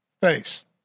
face